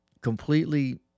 completely